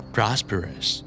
Prosperous